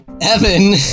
evan